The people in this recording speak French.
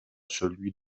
celui